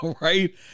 Right